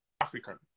African